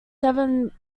seven